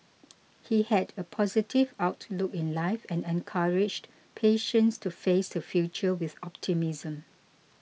he had a positive outlook in life and encouraged patients to face the future with optimism